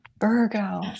virgo